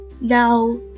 Now